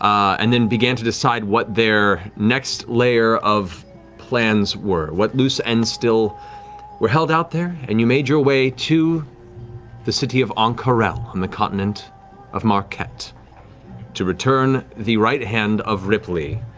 and then began to decide what their next layer of plans were, what loose ends still were held out there, and you made your way to the city of ank'harel on the continent of marquet to return the right hand of ripley,